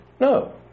no